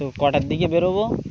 তো কটার দিকে বেরোবো